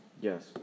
Yes